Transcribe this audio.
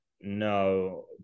No